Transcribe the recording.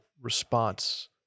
response